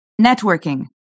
networking